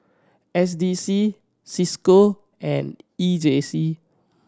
S D C Cisco and E J C